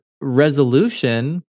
resolution